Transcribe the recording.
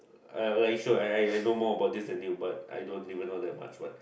uh like sure I I no more about this at new but I don't even know that much but